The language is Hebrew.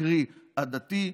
קרי הדתי,